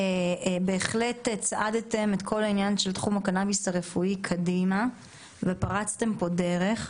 בהחלט הצעדתם את כל העניין של תחום הקנאביס הרפואי קדימה ופרצתם פה דרך,